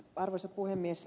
arvoisa puhemies